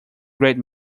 great